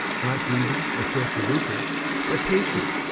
not greedy of filthy lucre but patient,